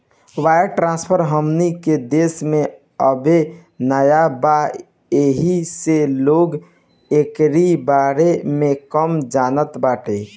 wire transfer हमनी के देश में अबे नया बा येही से लोग एकरी बारे में कम जानत बाटे